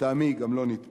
לטעמי היא גם לא נתפסת.